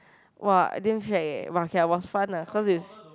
!wah! damn shag eh but okay was fun ah cause is